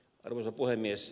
arvoisa puhemies